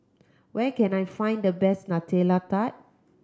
where can I find the best Nutella Tart